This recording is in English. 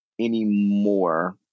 anymore